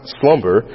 slumber